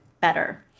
better